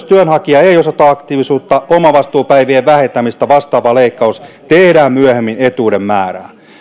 työnhakija ei osoita aktiivisuutta omavastuupäivien vähentämistä vastaava leikkaus tehdään myöhemmin etuuden määrään